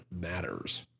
matters